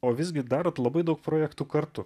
o visgi darot labai daug projektų kartu